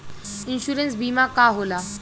Insurance बीमा का होला?